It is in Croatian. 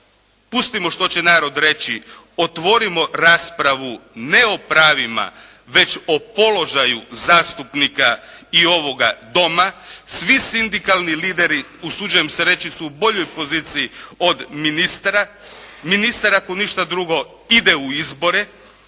Pustimo što će narod reći. Otvorimo raspravu ne o pravima već o položaju zastupnika i ovoga Doma. Svi sindikalni lideri usuđujem se reći su u boljoj poziciji od ministra. Ministar ako ništa drugo ide u izbore,